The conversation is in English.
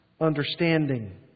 understanding